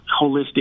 holistic